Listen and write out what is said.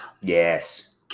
Yes